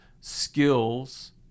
skills